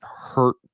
hurt